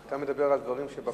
אתה מדבר על דברים שבקונסנזוס.